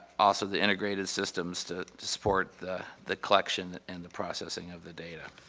also the integrated systems to support the the collection and the processing of the data.